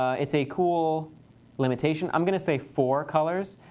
it's a cool limitation. i'm going to say four colors.